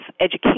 education